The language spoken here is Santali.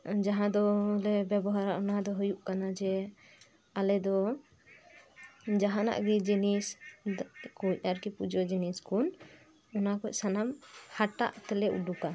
ᱡᱟᱦᱟᱸ ᱫᱚᱞᱮ ᱵᱮᱵᱚᱦᱟᱨᱟ ᱚᱱᱟ ᱫᱚ ᱦᱩᱭᱩᱜ ᱠᱟᱱᱟ ᱡᱮ ᱟᱞᱮᱫᱚ ᱡᱟᱦᱟᱱᱟᱜ ᱜᱮ ᱡᱤᱱᱤᱥ ᱠᱩᱡ ᱟᱨᱠᱤ ᱯᱩᱡᱟᱹ ᱡᱤᱱᱤ ᱠᱩ ᱚᱱᱟ ᱠᱩᱡ ᱥᱟᱱᱟᱢ ᱦᱟᱴᱟᱜ ᱛᱮᱞᱮ ᱩᱰᱩᱠᱟ